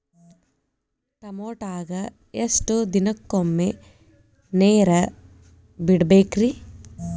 ಟಮೋಟಾಕ ಎಷ್ಟು ದಿನಕ್ಕೊಮ್ಮೆ ನೇರ ಬಿಡಬೇಕ್ರೇ?